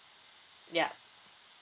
yup